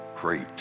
great